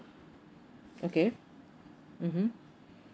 okay mmhmm